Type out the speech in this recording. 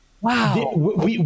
Wow